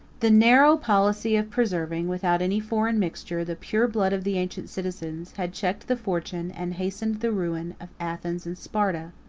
the narrow policy of preserving, without any foreign mixture, the pure blood of the ancient citizens, had checked the fortune, and hastened the ruin, of athens and sparta.